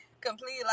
completely